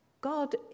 God